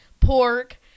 pork